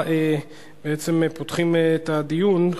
בעצם פותחים את הדיון.